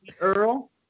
Earl